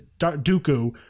Dooku